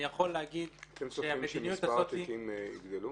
אתם צופים שמספר התיקים יגדל?